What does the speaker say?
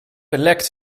lekt